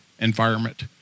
environment